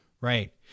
right